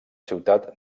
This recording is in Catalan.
ciutat